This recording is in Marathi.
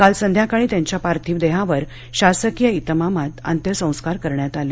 काल संध्याकाळी त्यांच्या पार्थिव देहावर शासकीय इतमामात अंत्यसंस्कार करण्यात आले